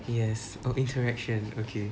yes our interaction okay